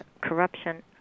Corruption